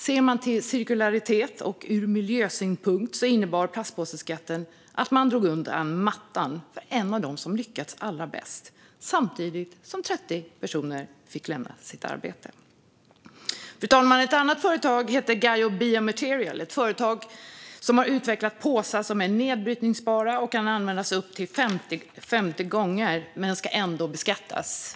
Ser man till cirkularitet och tänker på det ur en miljösynpunkt innebar plastpåseskatten att man drog undan mattan för ett av de företag som lyckats allra bäst - och gjorde att 30 personer fick lämna sitt arbete. Fru talman! Ett annat företag heter Gaia Biomaterials. De har utvecklat påsar som är nedbrytbara och kan användas upp till 50 gånger - men som ändå ska beskattas.